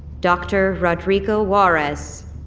doctor rodrigo juarez.